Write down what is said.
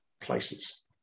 places